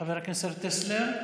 חברת הכנסת סונדוס סלאח,